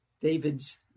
David's